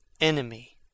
enemy